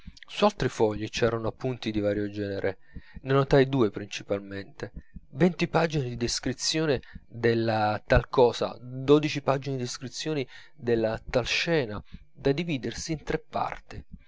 altri fogli c'erano appunti di vario genere ne notai due principalmente venti pagine di descrizione della tal cosa dodici pagine di descrizione della tal scena da dividersi in tre parti